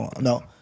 No